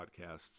podcasts